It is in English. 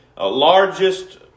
largest